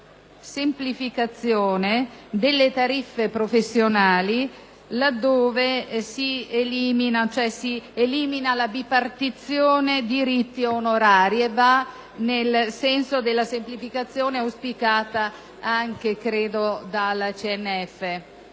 semplificazione delle tariffe professionali, là dove si elimina la bipartizione di riti onorari e si va nel senso della semplificazione, auspicata anche dal CNF.